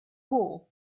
war